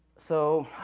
so,